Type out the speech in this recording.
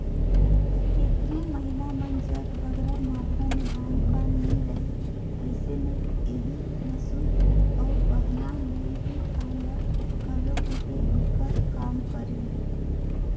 केतनो महिला मन जग बगरा मातरा में धान पान नी रहें अइसे में एही मूसर अउ बहना ले ही धान ल घलो कूटे कर काम करें